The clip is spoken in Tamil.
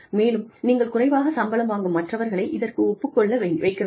மேலும் நீங்கள் குறைவாக சம்பளம் வாங்கும் மற்றவர்களை இதற்கு ஒப்புக் கொள்ள வைக்க வேண்டும்